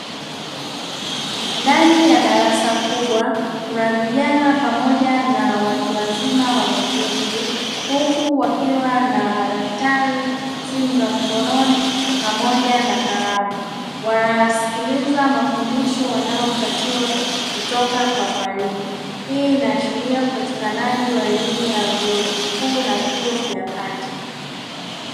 Ndani ya darasa kubwa kuna vijana pamoja na watu wazima wameketi, huku wakiwa na: madaftari, simu za mkononi pamoja na kalamu; wanasikiliza mafundisho wanayopatiwa kutoka kwa mwalimu. Hii inaashiria upatikanaji wa elimu ya vyuo vikuu pamoja na vyuo vya kati.